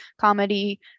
comedy